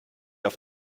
auf